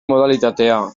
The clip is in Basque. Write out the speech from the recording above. modalitatea